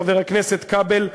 חבר הכנסת כבל,